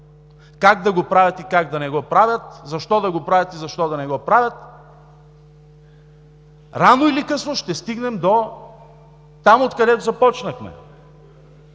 как да го правят и как да не го правят, защо да го правят и защо да не го правят, рано или късно ще стигнем дотам, откъдето започнахме